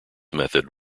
method